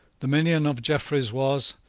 the minion of jeffreys was,